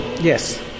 Yes